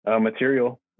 material